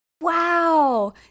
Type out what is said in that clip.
Wow